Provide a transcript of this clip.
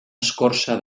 escorça